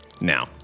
now